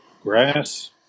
grass